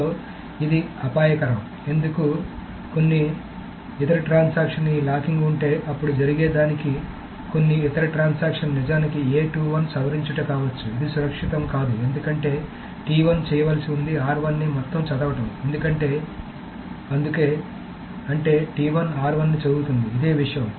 so ఇది అపాయకరం ఎందుకు కొన్ని ఇతర ట్రాన్సాక్షన్ ఈ లాకింగ్ ఉంటే అప్పుడు జరిగే దానికి కొన్ని ఇతర ట్రాన్సాక్షన్ నిజానికి సవరించుట కావచ్చు ఇది సురక్షితం కాదు ఎందుకంటే చేయాల్సి వుంది ని మొత్తం చదవడం ఎందుకంటేఅందుకే అంటే ని చదువుతోంది ఇదే విషయం